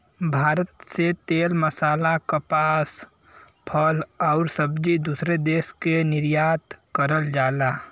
भारत से तेल मसाला कपास फल आउर सब्जी दूसरे देश के निर्यात करल जाला